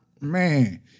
Man